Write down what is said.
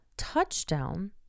touchdown